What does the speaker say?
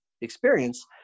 experience